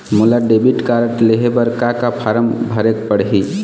मोला debit card लेहे बर का का फार्म भरेक पड़ही?